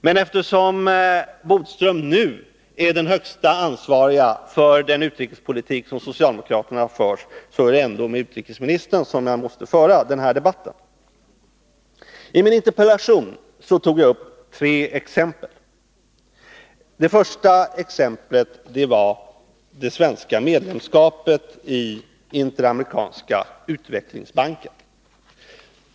Men eftersom Lennart Bodström nu är den högste ansvarige för den utrikespolitik som socialdemokraterna för, är det ändå med honom som jag måste föra den här debatten. I min interpellation tog jag upp tre exempel. Det första exemplet var det svenska medlemskapet i den interamerikanska utvecklingsbanken.